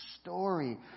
story